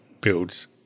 builds